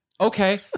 Okay